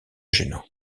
gênant